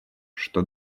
что